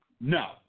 No